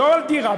לא על דירה,